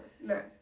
No